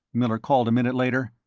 miller called a minute later.